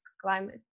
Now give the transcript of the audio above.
climate